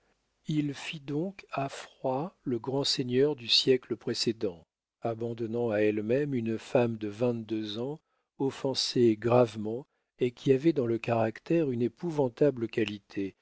il fit donc à froid le grand seigneur du siècle précédent abandonnant à elle-même une femme de vingt-deux ans offensée gravement et qui avait dans le caractère une épouvantable qualité